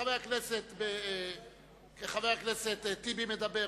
חבר הכנסת טיבי מדבר,